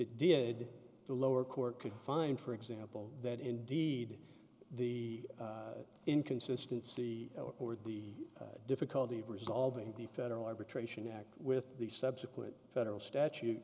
it did the lower court could find for example that indeed the inconsistency or the difficulty of resolving the federal arbitration act with the subsequent federal statute